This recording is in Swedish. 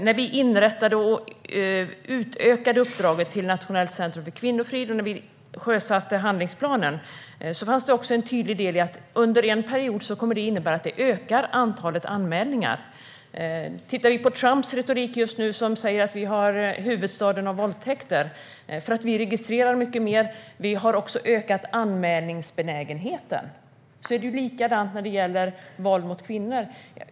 När vi inrättade och utökade uppdraget till Nationellt centrum för kvinnofrid och när vi sjösatte handlingsplanen var vi tydliga med att det under en period skulle komma att innebära att antalet anmälningar ökar. Enligt Trumps retorik just nu har vi en våldtäktshuvudstad. Det beror på att vi registrerar mer, och vi har dessutom ökat anmälningsbenägenheten. På samma sätt blir det när det gäller våld mot kvinnor.